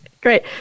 Great